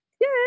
Yay